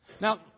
Now